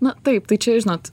na taip tai čia žinot